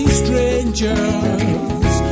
strangers